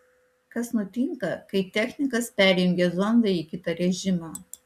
kas nutinka kai technikas perjungia zondą į kitą režimą